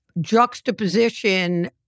juxtaposition